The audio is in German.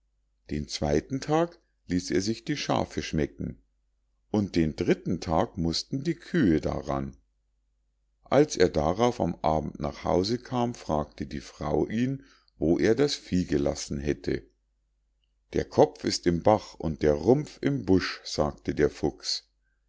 den zweiten tag ließ er sich die schafe schmecken und den dritten tag mußten die kühe daran als er darauf am abend nach hause kam fragte die frau ihn wo er das vieh gelassen hätte der kopf ist im bach und der rumpf im busch sagte der fuchs